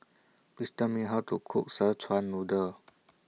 Please Tell Me How to Cook Szechuan Noodle